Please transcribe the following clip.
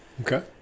Okay